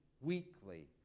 weekly